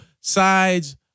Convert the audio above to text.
sides